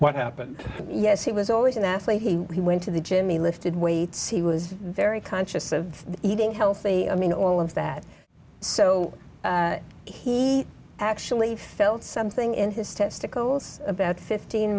what happened yes he was always an athlete he went to the gym he lifted weights he was very conscious of eating healthy i mean all of that so he actually felt something in his testicles about fifteen